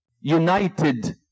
united